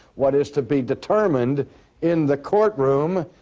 what is to be determined in the courtroom,